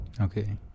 Okay